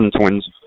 twins